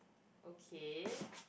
okay